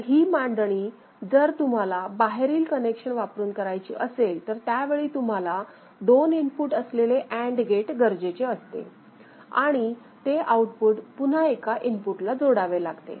तर ही मांडणी जर तुम्हाला बाहेरील कनेक्शन वापरून करायची असेल तर त्यावेळी तुम्हाला 2 इनपुट असलेले अँड गेट गरजेचे असते आणि ते आउटपुट पुन्हा एका इनपुटला जोडावे लागते